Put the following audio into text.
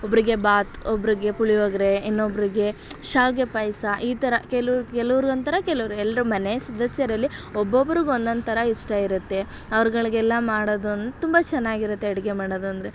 ಒಬ್ಬರಿಗೆ ಬಾತ್ ಒಬ್ಬರಿಗೆ ಪುಳಿಯೋಗ್ರೆ ಇನ್ನೊಬ್ಬರಿಗೆ ಶಾವಿಗೆ ಪಾಯಸ ಈ ಥರ ಕೆಲವ್ರು ಕೆಲವ್ರ್ಗೆ ಒಂಥರ ಕೆಲವ್ರು ಎಲ್ಲರು ಮನೆ ಸದಸ್ಯರಲ್ಲಿ ಒಬ್ಬೊಬ್ರಿಗೆ ಒಂದೊಂದು ಥರ ಇಷ್ಟ ಇರುತ್ತೆ ಅವ್ರ್ಗಳಿಗೆಲ್ಲ ಮಾಡೋದು ಅನ್ ತುಂಬ ಚೆನ್ನಾಗಿರುತ್ತೆ ಅಡುಗೆ ಮಾಡೋದು ಅಂದರೆ